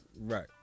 right